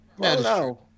No